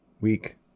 week